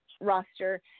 Roster